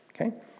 okay